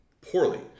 poorly